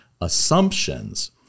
assumptions